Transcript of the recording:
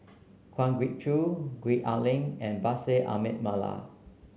Kwa Geok Choo Gwee Ah Leng and Bashir Ahmad Mallal